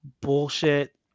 bullshit